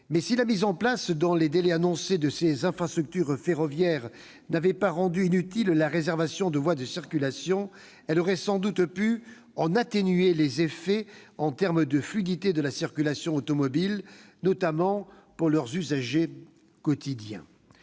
si la mise en place dans les délais annoncés de ces infrastructures ferroviaires n'aurait pas rendu inutile la réservation de voies de circulation, elle en aurait sans doute atténué les effets sur la fluidité de la circulation automobile, notamment pour leurs usagers quotidiens.